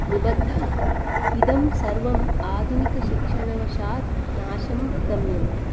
निबद्धम् इदं सर्वम् आधुनिकशिक्षणवशात् नाशं गम्यमानम्